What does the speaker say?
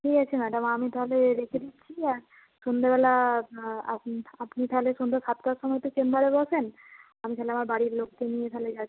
ঠিক আছে ম্যাডাম আমি তাহলে রেখে দিচ্ছি আর সন্ধ্যেবেলা আপনি আপনি তাহলে সন্ধ্যে সাতটার সময় তো চেম্বারে বসেন আমি তাহলে আমার বাড়ির লোককে নিয়ে তাহলে যাচ্ছি